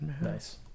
Nice